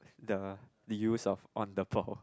the use of on the ball